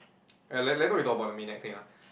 uh la~ later we talk about the midnight thing ah